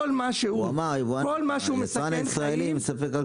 כל מה שהוא מסכן חיים --- הוא אמר הייצרן הישראלי מספק רק